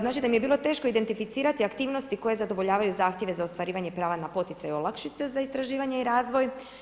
Znači da im je bilo teško identificirati aktivnosti koje zadovoljavaju zahtjeve za ostvarivanje prava na poticaj i olakšice za istraživanje i razvoj.